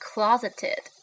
Closeted